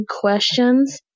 questions